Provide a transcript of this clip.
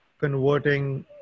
converting